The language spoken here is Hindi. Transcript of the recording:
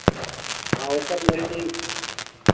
हाँ ओ पर मिल जाई